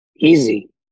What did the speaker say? Easy